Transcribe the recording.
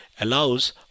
allows